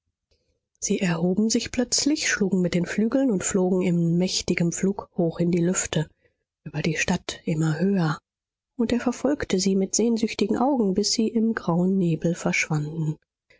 sie erhoben sich plötzlich schlugen mit den flügeln und flogen in mächtigem flug hoch in die lüfte über die stadt immer höher und er verfolgte sie mit sehnsüchtigen augen bis sie im grauen nebel verschwanden